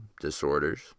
Disorders